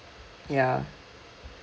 ya